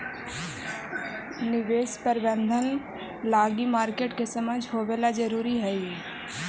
निवेश प्रबंधन लगी मार्केट के समझ होवेला जरूरी हइ